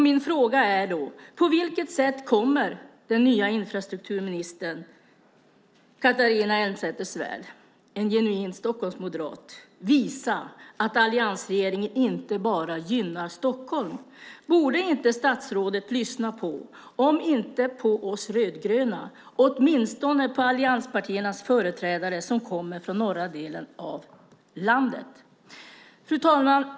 Min fråga är då: På vilket sätt kommer den nya infrastrukturministern Catharina Elmsäter-Svärd, en genuin Stockholmsmoderat, att visa att alliansregeringen inte bara gynnar Stockholm? Borde inte statsrådet lyssna, om inte på oss rödgröna, åtminstone på allianspartiernas företrädare som kommer från norra delen av landet? Fru talman!